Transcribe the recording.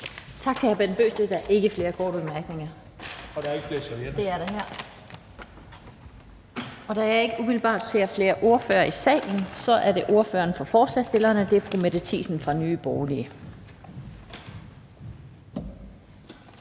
Tak til hr. Bent Bøgsted. Der er ikke flere korte bemærkninger. (Bent Bøgsted (DF): Og der er ikke flere servietter). Der er servietter til afspritning her. Og da jeg ikke umiddelbart ser flere ordførere i salen, er det ordføreren for forslagsstillerne, og det er fru Mette Thiesen fra Nye Borgerlige.